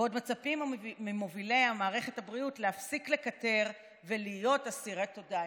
ועוד מצפים ממובילי מערכת הבריאות להפסיק לקטר ולהיות אסירי תודה.